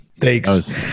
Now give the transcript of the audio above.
thanks